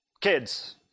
Kids